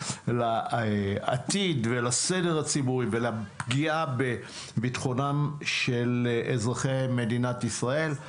לעתיד ולסדר הציבורי ולפגיעה בביטחונם של אזרחי מדינת ישראל.